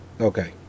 Okay